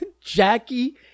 Jackie